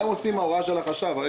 מה עושים עם ההוראה של החשב?